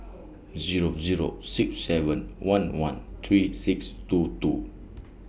Zero Zero six seven one one three six two two